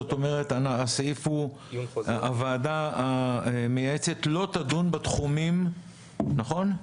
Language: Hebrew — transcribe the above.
זאת אומרת הסעיף הוא: הוuעדה המייעצת לא תדון בתחומים --- נכון?